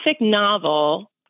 novel